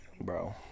Bro